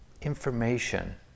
information